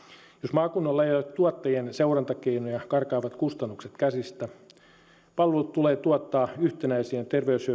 ei ole tuottajien seurantakeinoja karkaavat kustannukset käsistä palvelut tulee tuottaa yhtenäisin terveyshyötyä